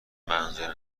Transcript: منظور